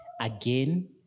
again